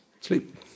sleep